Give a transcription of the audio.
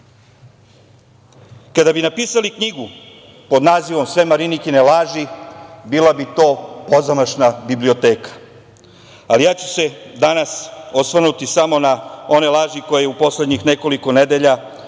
bi napisali knjigu pod nazivom „Sve Marinikine laži“, bila bi to pozamašna biblioteka. Ja ću se danas osvrnuti samo na one laži koje je u poslednjih nekoliko nedelja